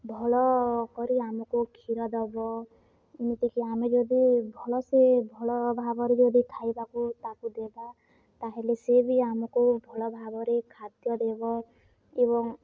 ଭଲ କରି ଆମକୁ କ୍ଷୀର ଦେବ ଏମିତିକି ଆମେ ଯଦି ଭଲସେ ଭଲ ଭାବରେ ଯଦି ଖାଇବାକୁ ତାକୁ ଦେବା ତା'ହେଲେ ସେ ବି ଆମକୁ ଭଲ ଭାବରେ ଖାଦ୍ୟ ଦେବ ଏବଂ